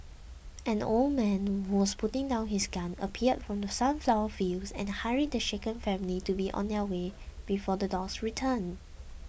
an old man who was putting down his gun appeared from the sunflower fields and hurried the shaken family to be on their way before the dogs return